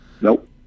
Nope